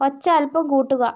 ഒച്ച അല്പം കൂട്ടുക